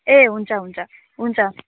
ए हुन्छ हुन्छ हुन्छ